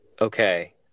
Okay